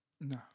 No